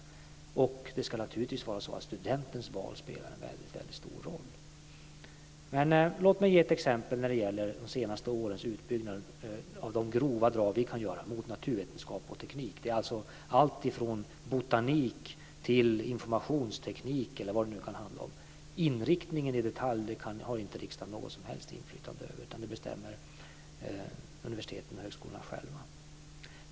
Och naturligtvis ska studentens val spela en väldigt stor roll. Låt mig ge ett exempel på de grova drag vi kan göra när det gäller de senaste årens utbyggnad mot naturvetenskap och teknik. Det är alltså alltifrån botanik till informationsteknik eller vad det nu kan handla om. Inriktningen i detalj har inte riksdagen något som helst inflytande över, utan den bestämmer universiteten och högskolorna själva.